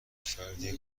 فردی